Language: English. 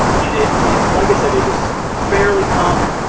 and it it like i said, it is fairly common.